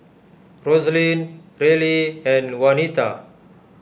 Roslyn Reilly and Waneta